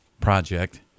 project